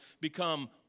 become